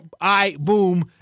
I-boom